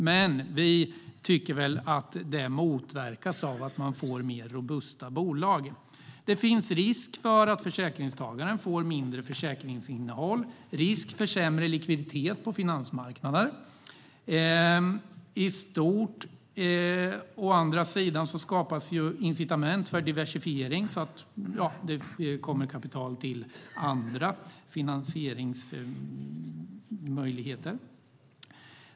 Men vi tycker väl att det motverkas av att man får mer robusta bolag. Det finns risk för att försäkringstagaren får mindre försäkringsinnehåll och risk för sämre likviditet på finansmarknader i stort. Å andra sidan skapas ju incitament för diversifiering så att det kommer kapital till andra finansieringsmöjligheter.